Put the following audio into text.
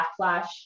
backlash